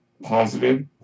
positive